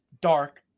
Dark